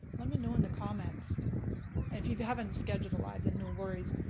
let me know in the comments. and if you haven't scheduled a live then no worries.